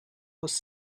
was